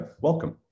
welcome